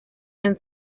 and